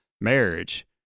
marriage